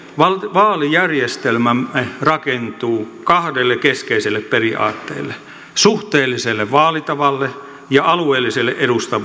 vaalijärjestelmämme rakentuu kahdelle keskeiselle periaatteelle suhteelliselle vaalitavalle ja alueelliselle